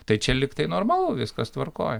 tai čia lyg tai normalu viskas tvarkoj